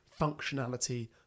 functionality